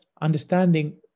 understanding